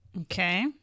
Okay